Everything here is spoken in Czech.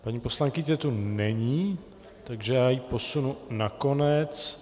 Paní poslankyně tu není, takže ji posunu na konec.